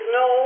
no